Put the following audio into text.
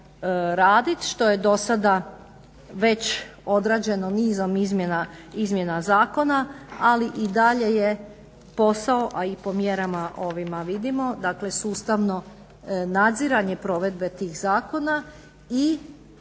raditi, što je do sada već odrađeno nizom izmjena zakona, ali i dalje je posao, a i po mjerama ovima vidimo dakle sustavno nadziranje provedbe tih zakona i